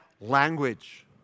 language